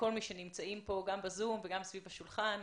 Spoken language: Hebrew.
כל מי שנמצאים כאן וגם ב-זום וגם סביב השולחן.